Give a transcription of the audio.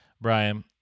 Brian